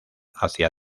hacia